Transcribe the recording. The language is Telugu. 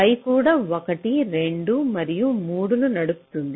Y కూడా 1 2 మరియు 3 ను నడుపుతుంది